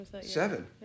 seven